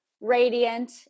radiant